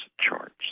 charts